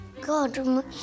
God